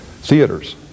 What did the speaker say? theaters